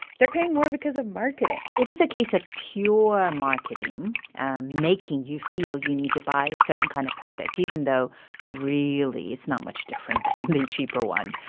they're paying more because of marketing if it's a case of pure and marketing making you feel you need to buy a certain kind of product, even though really it's not much different than the cheaper one,